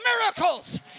miracles